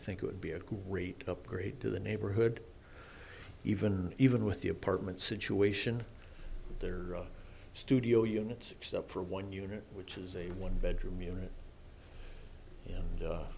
think it would be a great upgrade to the neighborhood even even with the apartment situation there are studio units except for one unit which is a one bedroom unit and